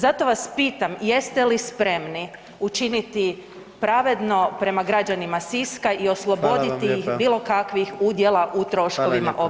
Zato vas pitam jeste li spremni učiniti pravedno prema građanima Siska i osloboditi ih bilokakvih udjela u troškovima obnove?